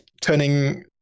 turning